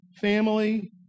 family